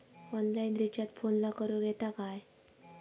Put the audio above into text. Online recharge फोनला करूक येता काय?